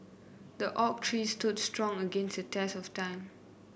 the oak tree stood strong against the test of time